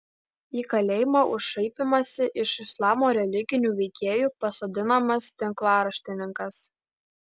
į kalėjimą už šaipymąsi iš islamo religinių veikėjų pasodinamas tinklaraštininkas